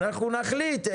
אנחנו נחליט.